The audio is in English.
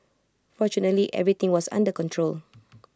fortunately everything was under control